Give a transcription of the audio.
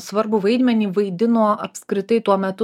svarbų vaidmenį vaidino apskritai tuo metu